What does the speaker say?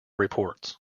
reports